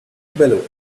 balloon